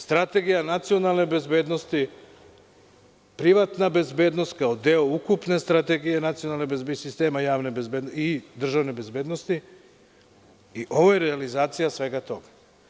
Strategija nacionalne bezbednosti, privatna bezbednost kao deo ukupne strategije nacionalne bezbednosti i sistema javne i državne bezbednosti, i ovo je realizacija svega toga.